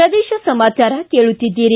ಪ್ರದೇಶ ಸಮಾಚಾರ ಕೇಳುತ್ತೀದ್ದಿರಿ